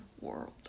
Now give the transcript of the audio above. world